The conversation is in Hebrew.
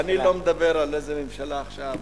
גברתי, אני לא מדבר על איזה ממשלה עכשיו.